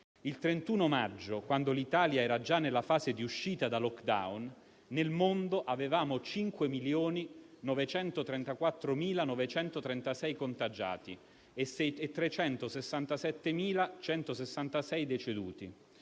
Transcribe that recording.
Il 31 maggio, quando l'Italia era già nella fase di uscita dal *lockdown*, nel mondo avevamo 5.934.936 contagiati e 367.166 deceduti.